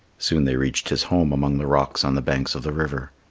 soon they reached his home among the rocks on the bank of the river.